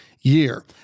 year